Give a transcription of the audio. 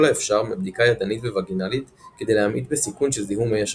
האפשר מבדיקה ידנית ווגינלית כדי להמעיט בסיכון של זיהום מי השפיר.